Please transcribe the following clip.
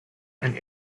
and